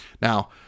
Now